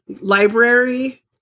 library